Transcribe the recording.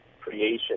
creation